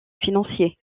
financier